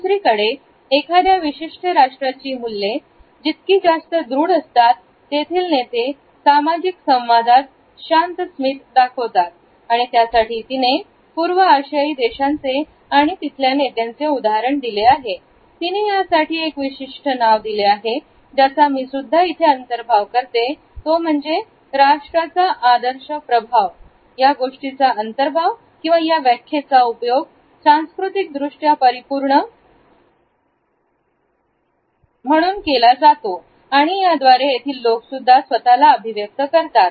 दुसरीकडे एखाद्या विशिष्ट राष्ट्राचे मुल्ले जितकी जास्त दृढ असतात तेथील नेते सामाजिक संवादात शांत स्मित दाखवतात आणि त्यासाठी तिने पूर्व आशियाई देशांचे आणि तिथल्या नेत्यांचे उदाहरण दिले आहे तिने त्यासाठी एक विशिष्ट नाव दिले आहेत ज्याचा मी सुद्धा इथे अंतर्भाव करते तो म्हणजे राष्ट्राचा आदर्श प्रभाव या गोष्टीचा अंतर्भाव किंवा या व्याख्येचा उपयोग सांस्कृतिक दृष्ट्या परिपूर्ण घावन म्हणून केला जातो आणि याद्वारे तेथील लोकसुद्धा स्वतःला अभिव्यक्त करतात